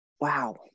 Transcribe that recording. wow